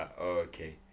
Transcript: okay